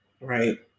right